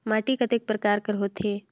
माटी कतेक परकार कर होथे?